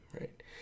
right